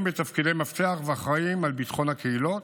בתפקידי מפתח ואחראים לביטחון הקהילות,